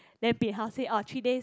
then bin hao say orh three days